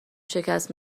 شکست